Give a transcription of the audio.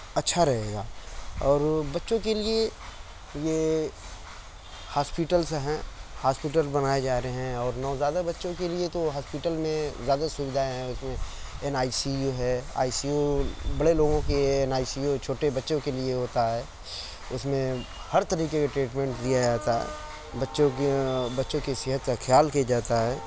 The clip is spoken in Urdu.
اچھا رہے گا اور بچوں کے لیے یہ ہاسپیٹلس ہیں ہاسپیٹل بنائے جا رہے ہیں اور نوزائیدہ بچوں کے لیے تو ہاسپٹل میں زیادہ سویدھائیں ہیں اس میں این آئی سی یو ہے آئی سی یو بڑے لوگوں کے این آئی سی یو چھوٹے بچوں کے لیے ہوتا ہے اس میں ہر طریقے کے ٹریٹمینٹ دیا جاتا ہے بچوں کے بچوں صحت کا خیال کیا جاتا ہے